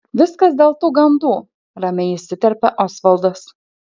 viskas dėl tų gandų ramiai įsiterpia osvaldas